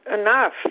enough